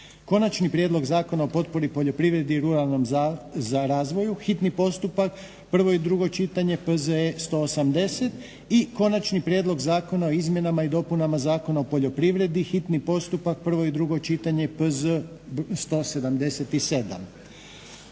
Konačni prijedlog zakona o potpori poljoprivredi i ruralnom razvoju, hitni postupak, prvo i drugo čitanje, P.Z.E. br. 180. - Konačni prijedlog zakona o izmjenama i dopunama Zakona o poljoprivredi, hitni postupak, prvo i drugo čitanje, P.Z. br.